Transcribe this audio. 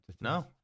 No